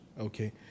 Okay